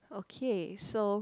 okay so